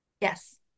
Yes